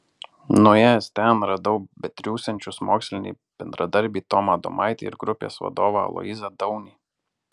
nuėjęs ten radau betriūsiančius mokslinį bendradarbį tomą adomaitį ir grupės vadovą aloyzą daunį